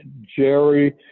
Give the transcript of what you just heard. Jerry